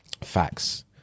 Facts